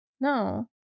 No